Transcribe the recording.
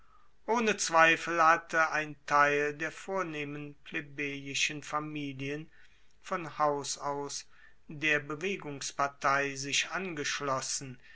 ohne zweifel hatte ein teil der vornehmen plebejischen familien von haus aus der bewegungspartei sich angeschlossen